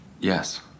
yes